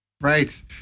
Right